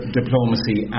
diplomacy